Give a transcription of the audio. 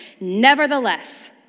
nevertheless